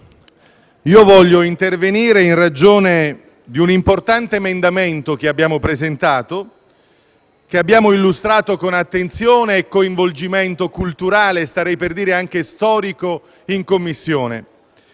voglio intervenire in ragione di un importante emendamento che abbiamo presentato ed illustrato con attenzione, coinvolgimento culturale e - vorrei dire - anche storico in Commissione.